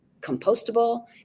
compostable